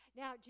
now